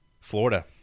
Florida